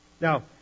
Now